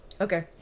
Okay